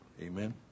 Amen